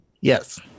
Yes